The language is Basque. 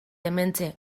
hementxe